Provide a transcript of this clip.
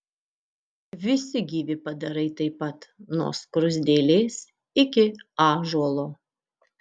visi gyvi padarai taip pat nuo skruzdėlės iki ąžuolo